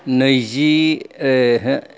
नैजि ओहो